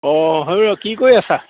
অঁ হেৰা কি কৰি আছা